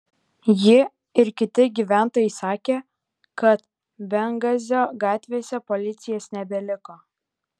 ji ir kiti gyventojai sakė kad bengazio gatvėse policijos nebeliko